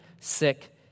sick